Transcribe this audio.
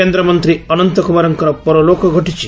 କେନ୍ଦ୍ରମନ୍ତ୍ରୀ ଅନନ୍ତ କୁମାରଙ୍କ ପରଲୋକ ଘଟିଛି